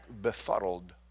befuddled